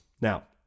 Now